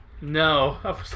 No